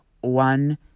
one